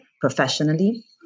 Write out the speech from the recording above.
professionally